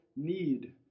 Need